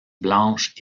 blanches